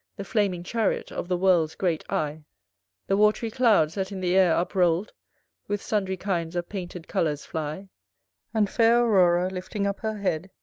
the flaming chariot of the world's great eye the watery clouds that in the air up-roll'd with sundry kinds of painted colours fly and fair aurora, lifting up her head,